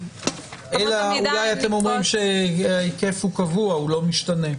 אלא אולי אתם אומרים שההיקף הוא קבוע ולא משתנה.